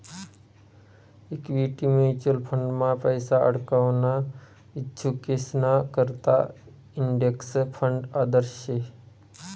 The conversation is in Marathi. इक्वीटी म्युचल फंडमा पैसा आडकवाना इच्छुकेसना करता इंडेक्स फंड आदर्श शे